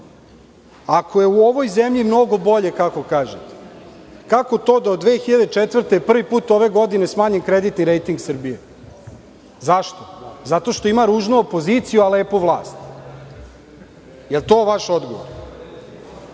Ako je u ovoj zemlji mnogo bolje, kako kažete, kako to da od 2004. godine prvi put ove godine smanjen kreditni rejting Srbije? Zašto? Zato što ima ružnu opoziciju a lepu vlast. Da li je to vaš odgovor?